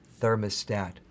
thermostat